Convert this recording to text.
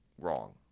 Wrong